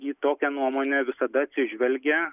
į tokią nuomonę visada atsižvelgia